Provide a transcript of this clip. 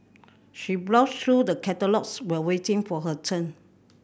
she browsed through the catalogues while waiting for her turn